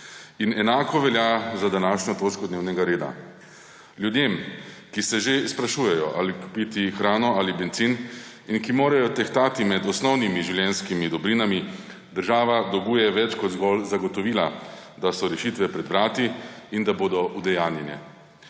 In enako velja za današnjo točko dnevnega reda. Ljudem, ki se že sprašujejo, ali kupiti hrano ali bencin, in ki morajo tehtati med osnovnimi življenjskimi dobrinami, država dolguje več kot zgolj zagotovila, da so rešitve pred vrati in da bodo udejanjene.